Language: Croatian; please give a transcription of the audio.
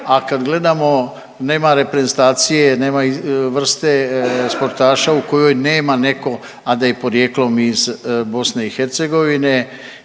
a kad gledamo, nema reprezentacije, nema vrste sportaša u kojoj nema neko, a da je porijeklom iz BiH i to